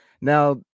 Now